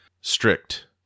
strict